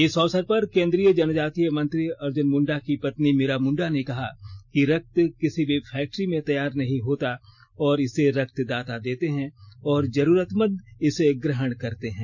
इस अवसर पर केंद्रीय जनजातीय मंत्री अर्ज्नन मुंडा की पत्नी मीरा मुंडा र्न कहा कि रक्त किसी भी फैक्ट्री में तैयार नहीं होता है और इसे रक्तदाता देते हैं और जरूरतमंद इसे ग्रहण करते हैं